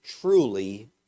truly